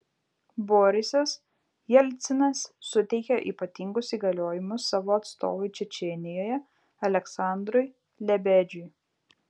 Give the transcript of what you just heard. borisas jelcinas suteikė ypatingus įgaliojimus savo atstovui čečėnijoje aleksandrui lebedžiui